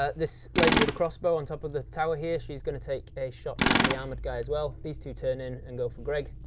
ah this lady with a crossbow on top of the tower here she's gonna take a shot at the armored guy as well these two turn in and go for greg